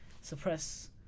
suppress